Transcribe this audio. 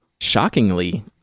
Shockingly